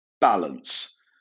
balance